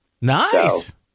Nice